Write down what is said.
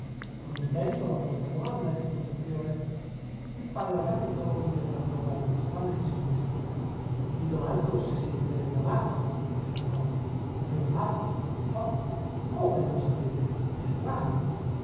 non intendo la vostra domanda rispose il priore il padre agapito diede una crollata di spalle in segno di stizza vi domando se siete riamato replicò riamato non so come non sapete è strano